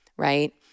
right